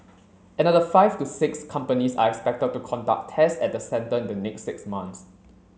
another five to six companies are expected to conduct tests at the centre in the next six months